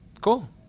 cool